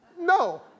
No